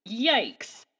Yikes